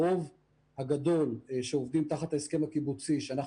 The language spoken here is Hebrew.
הרוב הגדול שעובדים תחת ההסכם הקיבוצי שעליו